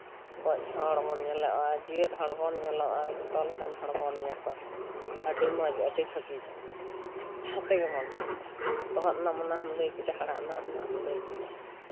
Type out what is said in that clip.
ᱜᱚᱡ ᱦᱚᱲ ᱵᱚᱱ ᱧᱮᱞᱚᱜᱼᱟ ᱡᱮᱣᱮᱫ ᱦᱚᱲ ᱵᱚᱱ ᱧᱮᱞᱚᱜᱼᱟ ᱡᱚᱛᱚ ᱞᱮᱠᱟᱱ ᱦᱚᱲ ᱵᱚᱱ ᱧᱟᱯᱟᱢᱟ ᱟᱹᱰᱤ ᱢᱚᱡᱽ ᱟᱹᱰᱤ ᱵᱷᱟᱹᱜᱤ ᱡᱤᱱᱤᱥ ᱡᱟᱦᱟᱸ ᱛᱮᱜᱮ ᱵᱚᱱ ᱪᱟᱞᱟᱜ ᱛᱚᱦᱚᱫ ᱱᱟᱢ ᱚᱱᱟ ᱦᱚᱸᱢ ᱞᱟᱹᱭ ᱠᱮᱫᱟ ᱦᱟᱬᱟᱜ ᱮᱱᱟᱢ ᱚᱱᱟ ᱦᱚᱸᱢ ᱞᱟᱹᱭ ᱠᱮᱫᱟ